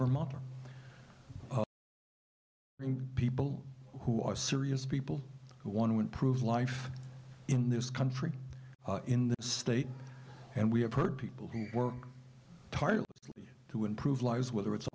vermonter people who are serious people who want to improve life in this country in the state and we have heard people who were tardy to improve lives whether it's